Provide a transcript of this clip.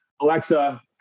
Alexa